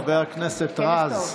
חבר הכנסת רז,